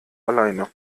alleine